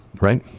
Right